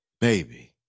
baby